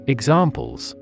Examples